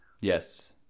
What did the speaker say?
Yes